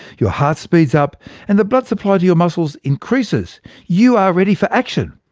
your heart speeds up and the blood supply to your muscles increases you are ready for action.